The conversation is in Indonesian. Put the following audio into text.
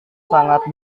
sangat